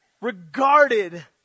regarded